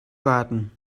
warten